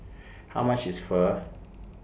How much IS Pho